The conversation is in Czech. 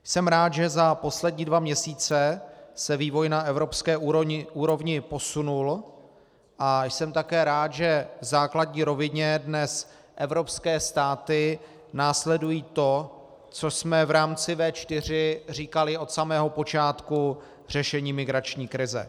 Jsem rád, že za poslední dva měsíce se vývoj na evropské úrovni posunul, a jsem také rád, že v základní rovině dnes evropské státy následují to, co jsme v rámci V4 říkali od samého počátku řešení migrační krize.